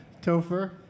Topher